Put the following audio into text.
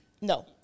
No